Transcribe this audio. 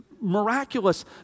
miraculous